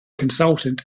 consultant